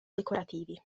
decorativi